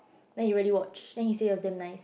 then you went it watch then you say it damn nice